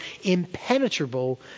impenetrable